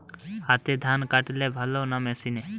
হাতে ধান কাটলে ভালো না মেশিনে?